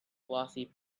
glossy